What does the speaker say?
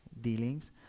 dealings